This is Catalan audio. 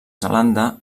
zelanda